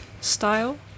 style